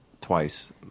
twice